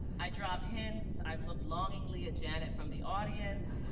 i dropped hints, i've looked longingly at janet from the audience.